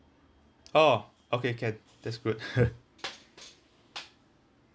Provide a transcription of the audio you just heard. orh okay can that's good